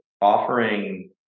offering